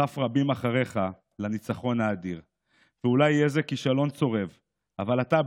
תסחף רבים אחריך לניצחון האדיר / ואולי יהיה זה כישלון צורב / אבל אתה,